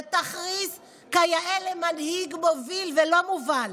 ותכריז כיאה למנהיג מוביל ולא מובל: